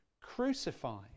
crucified